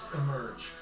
emerge